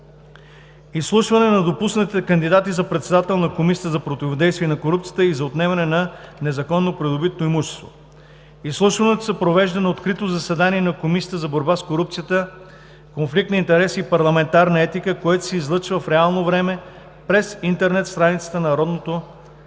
Изслушване на допуснатите кандидати за председател на Комисията за противодействие на корупцията и за отнемане на незаконно придобитото имущество 1. Изслушването се провежда на открито заседание на Комисията за борба с корупцията, конфликт на интереси и парламентарна етика, което се излъчва в реално време чрез интернет страницата на Народното събрание.